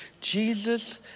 Jesus